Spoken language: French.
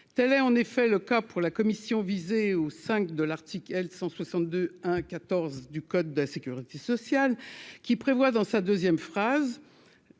telle est en effet le cas pour la Commission au de l'Arctique L 162 1 14 du code de la Sécurité sociale qui prévoit, dans sa deuxième phrase,